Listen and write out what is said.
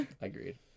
Agreed